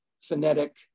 phonetic